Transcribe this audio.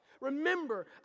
Remember